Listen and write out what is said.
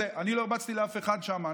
אני לא הרבצתי לאף אחד שמה,